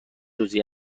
روزی